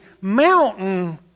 mountain